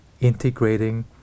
integrating